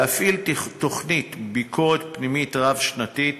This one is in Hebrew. להפעיל תוכנית ביקורת פנימית רב-שנתית